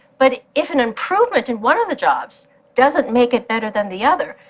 but if an improvement in one of the jobs doesn't make it better than the other,